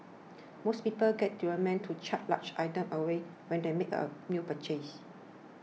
most people get deliverymen to cart large items away when they make a new purchase